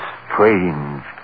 strange